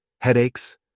headaches